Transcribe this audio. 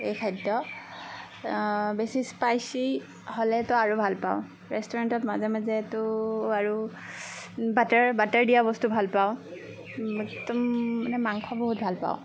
এই খাদ্য বেছি স্পাইচি হ'লেতো আৰু ভাল পাওঁ ৰেষ্টুৰেণ্টত মাজে মাজেতো আৰু বাটাৰ বাটাৰ দিয়া বস্তু ভাল পাওঁ একদম মানে মাংস বহুত ভাল পাওঁ